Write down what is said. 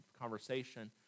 conversation